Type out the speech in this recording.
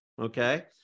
Okay